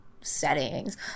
settings